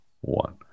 one